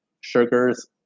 sugars